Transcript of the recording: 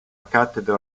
cattedra